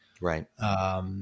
right